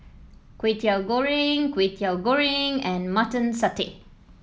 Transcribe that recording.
Kway Teow Goreng Kway Teow Goreng and Mutton Satay